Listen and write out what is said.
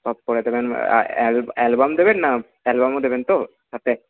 সব করে দেবেন অ্যালবাম দেবেন না অ্যালবামও দেবেন তো সাথে